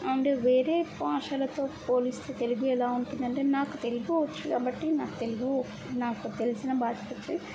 అంటే వేరే భాషలతో పోలిస్తే తెలుగు ఎలా ఉంటుందంటే నాకు తెలుగు వచ్చు కాబట్టి నాకు తెలుగు నాకు తెలిసిన భాష వచ్చీ